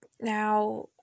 now